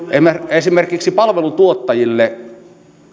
esimerkiksi palveluntuottajille